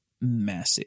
massive